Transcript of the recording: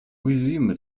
уязвимы